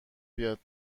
بیاد